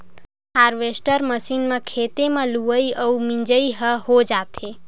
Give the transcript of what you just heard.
harvester machine म खेते म लुवई अउ मिजई ह हो जाथे